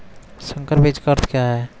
संकर बीज का अर्थ क्या है?